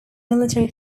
military